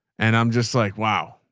and i'm just like, wow.